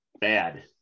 bad